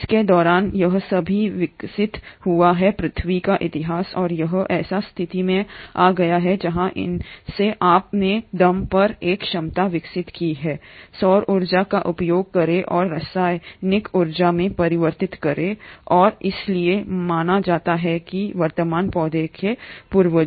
के दौरान यह अभी भी विकसित हुआ है पृथ्वी का इतिहास और यह एक ऐसी स्थिति में आ गया है जहां इसने अपने दम पर एक क्षमता विकसित की है सौर ऊर्जा का उपयोग करें और रासायनिक ऊर्जा में परिवर्तित करें और इसलिए माना जाता है कि वर्तमान पौधों के पूर्वजों